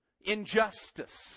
injustice